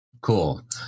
Cool